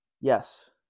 yes